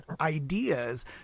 ideas